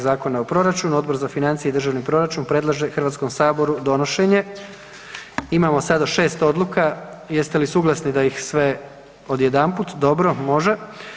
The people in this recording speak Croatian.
Zakona o proračuna Odbor za financije i državni proračun predlaže Hrvatskom saboru donošenje, imamo sada 6 odluka, jeste li suglasni da ih sve odjedanput, dobro, može.